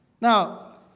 Now